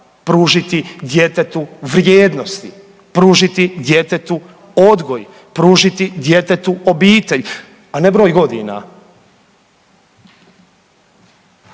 pružiti djetetu vrijednosti, pružiti djetetu odgoj, pružiti djetetu obitelj, a ne broj godina.